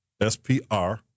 SPR